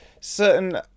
certain